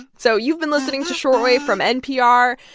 so you've been listening to short wave from npr.